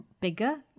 Bigger